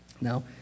Now